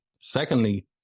secondly